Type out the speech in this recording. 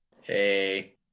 Hey